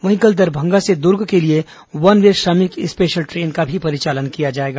वहीं कल दरभंगा से दुर्ग के लिए वन वे श्रमिक स्पेशल ट्रेन का भी परिचालन किया जाएगा